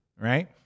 right